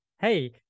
hey